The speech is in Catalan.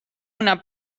una